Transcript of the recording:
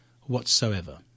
whatsoever